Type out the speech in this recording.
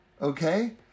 Okay